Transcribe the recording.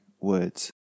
words